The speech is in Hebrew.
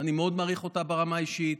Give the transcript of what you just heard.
אני מאוד מעריך אותה ברמה האישית,